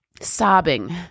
sobbing